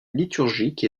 liturgique